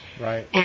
Right